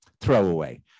throwaway